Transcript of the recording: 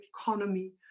economy